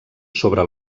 sobre